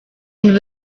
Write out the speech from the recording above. and